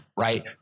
Right